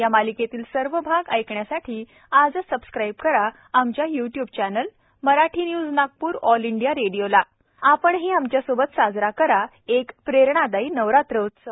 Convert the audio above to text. या मालिकेतील सर्व भाग ऐकण्यासाठी आजच सबस्क्राईब करा आमच्या YouTube channel Marathi news Nagpur All India Radio ला आपणही आमच्या सोबत साजरा करा एक प्रेरणादायी नवरात्र उत्सव